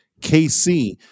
KC